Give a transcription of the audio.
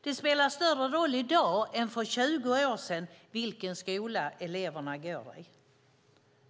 Det spelar större roll i dag än för 20 år sedan vilken skola eleverna går i.